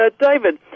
David